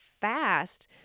fast